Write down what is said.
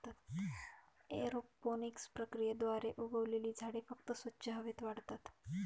aeroponics प्रक्रियेद्वारे उगवलेली झाडे फक्त स्वच्छ हवेत वाढतात